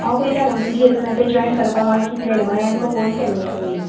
हांव पळयता मगो तुजे हातून आतां जॉयन करपाक हांव चितलेलें म्हणू हांवें तुका फोन केल्लो पयली